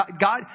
God